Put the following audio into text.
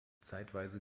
zeitweise